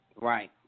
Right